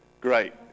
Great